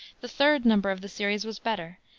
the third number of the series was better,